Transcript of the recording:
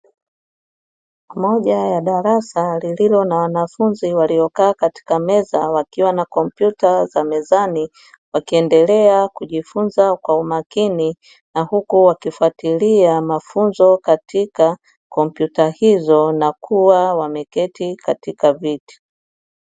Moja ya darasa lililo na wanafunzi waliyokaa katika meza wakiwa na kompyuta za mezani, wakiendelea kujifunza kwa umakini na huku wakifuatilia mafunzo katika kompyuta hizo na kuwa wameketi katika viti.